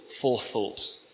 forethought